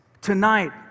Tonight